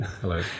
Hello